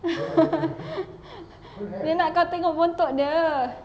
dia nak kau tengok buntut dia